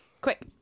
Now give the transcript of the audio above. Quick